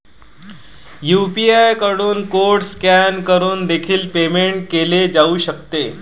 UPI कडून code scan करून देखील पेमेंट केले जाऊ शकते